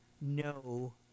no